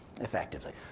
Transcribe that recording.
effectively